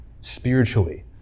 spiritually